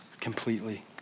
completely